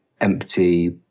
empty